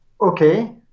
okay